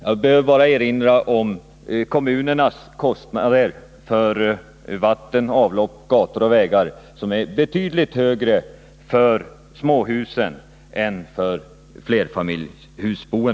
Jag behöver bara erinra om kommunernas kostnader för vatten, avlopp, gator och vägar, som är betydligt högre för småhusen per boende än för flerfamiljshusen.